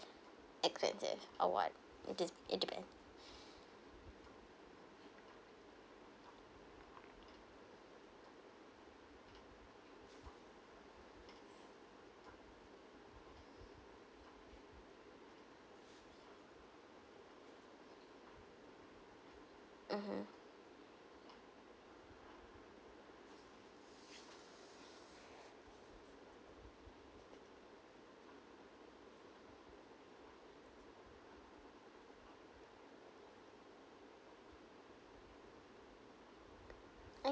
expensive or what it de~ it depends mmhmm I